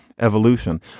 evolution